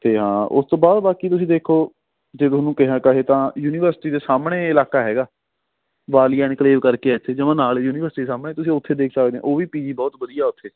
ਅਤੇ ਹਾਂ ਉਸ ਤੋਂ ਬਾਅਦ ਬਾਕੀ ਤੁਸੀਂ ਦੇਖੋ ਜੇ ਤੁਹਾਨੂੰ ਕਿਹਾ ਕਹੇ ਤਾਂ ਯੂਨੀਵਸਟੀ ਦੇ ਸਾਹਮਣੇ ਇਲਾਕਾ ਹੈਗਾ ਵਾਲੀਆ ਇਨਕਲੇਵ ਕਰਕੇ ਹੈ ਇੱਥੇ ਜਮਾਂ ਹੀ ਨਾਲ ਯੂਨੀਵਸਟੀ ਦੇ ਸਾਹਮਣੇ ਤੁਸੀਂ ਉੱਥੇ ਦੇਖ ਸਕਦੇ ਹੋ ਉਹ ਵੀ ਪੀ ਜੀ ਬਹੁਤ ਵਧੀਆ ਉੱਥੇ